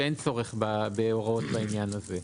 שאין צורך בהוראות בעניין הזה.